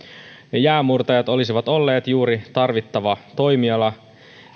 vaikka jäänmurtajat olisivat olleet juuri tarvittava toimiala